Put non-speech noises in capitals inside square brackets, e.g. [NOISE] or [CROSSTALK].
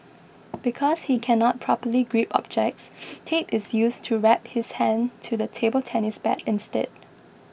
because he cannot properly grip objects [NOISE] tape is used to wrap his hand to the table tennis bat instead